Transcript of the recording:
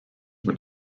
were